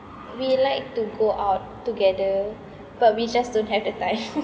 we like to go out together but we just don't have the time